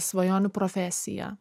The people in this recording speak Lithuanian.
svajonių profesija